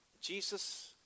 Jesus